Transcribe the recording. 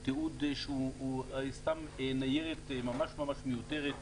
הוא תיעוד שזה סתם ניירת ממש מיותרת.